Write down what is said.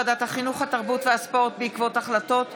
התרעת שירות התעסוקה מהתגברות משמעותית באבטלה בעיקר בקרב צעירים,